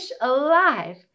alive